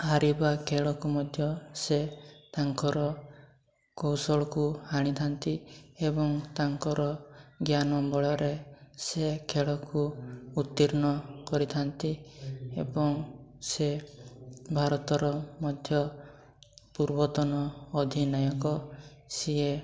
ହାରିବା ଖେଳକୁ ମଧ୍ୟ ସେ ତାଙ୍କର କୌଶଳକୁ ଆଣିଥାନ୍ତି ଏବଂ ତାଙ୍କର ଜ୍ଞାନ ବଳରେ ସେ ଖେଳକୁ ଉତ୍ତୀର୍ଣ୍ଣ କରିଥାନ୍ତି ଏବଂ ସେ ଭାରତର ମଧ୍ୟ ପୂର୍ବତନ ଅଧିନାୟକ ସିଏ